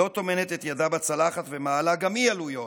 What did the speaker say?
לא טומנת את ידה בצלחת ומעלה גם היא עלויות.